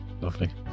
lovely